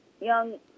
young